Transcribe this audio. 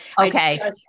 Okay